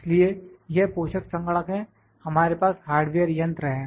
इसलिए यह पोषक संगणक है हमारे पास हार्डवेयर यंत्र है